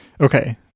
Okay